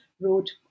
wrote